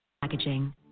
Packaging